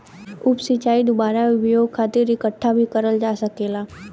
उप सिंचाई दुबारा उपयोग खातिर इकठ्ठा भी करल जा सकेला